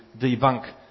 debunk